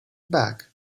back